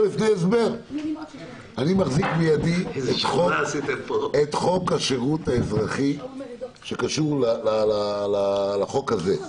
אני מחזיק בידי את חוק השירות האזרחי שקשור לחוק הזה.